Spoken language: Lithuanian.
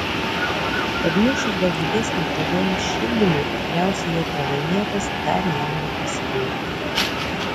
tad mūšis dėl didesnio pvm šildymui tikriausiai jau pralaimėtas dar jam neprasidėjus